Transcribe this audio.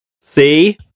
See